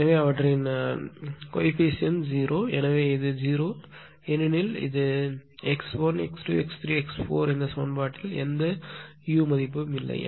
எனவே அவற்றின் குணகங்கள் 0 எனவே இது 0 0 ஏனெனில்x1 x2 x3 x4 இந்த சமன்பாட்டில் எந்த u இல்லை